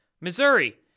Missouri